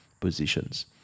positions